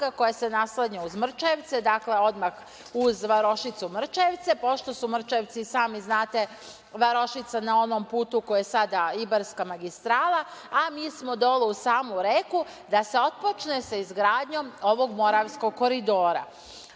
koje se naslanja uz Mrčajevce, odmah uz varošicu Mrčajevce, pošto su Mrčajevci, i sami znate, varošica na onom putu koji je sada Ibarska magistrala, a mi smo dole uz samu reku, da se otpočne sa izgradnjom ovog Moravskog koridora. Kada